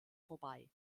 vorbei